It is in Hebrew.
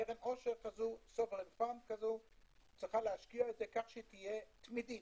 קרן עושר כזו צריכה להשקיע את זה כך שתהיה תמידית,